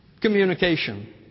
Communication